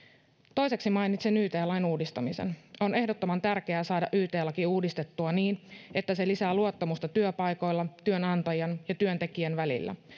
toiseksi mainitsen yt lain uudistamisen on ehdottoman tärkeää saada yt laki uudistettua niin että se lisää luottamusta työpaikoilla työnantajan ja työntekijän välillä